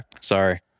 Sorry